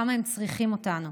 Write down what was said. כמה הם צריכים אותנו,